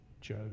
Joe